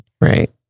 Right